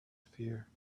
fear